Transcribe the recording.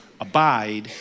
abide